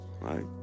Right